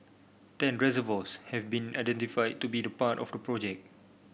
ten reservoirs have been identified to be the part of the project